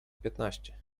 piętnaście